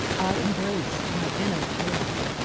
i embrace my inner courage.